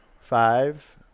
Five